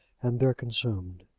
and there consumed.